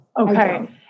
okay